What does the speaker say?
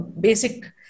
basic